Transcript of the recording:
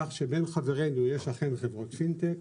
כך שבין חברנו יש אכן חברות פינטק,